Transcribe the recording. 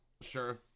Sure